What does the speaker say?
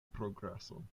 progreson